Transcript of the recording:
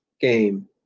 game